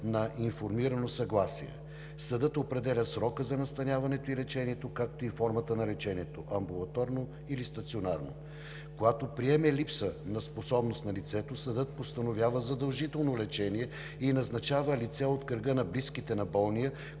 на информирано съгласие. Съдът определя срока за настаняването и лечението, както и формата на лечението – амбулаторно или стационарно. Когато приеме липса на способност на лицето, съдът постановява задължително лечение и назначава лице от кръга на близките на болния,